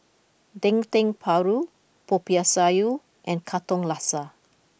Dendeng Paru Popiah Sayur and Katong Laksa